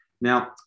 Now